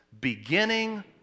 beginning